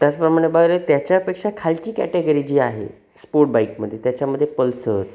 त्याचप्रमाणे बरं त्याच्यापेक्षा खालची कॅटेगरी जी आहे स्पोर्ट बाईकमध्ये त्याच्यामध्ये पल्सर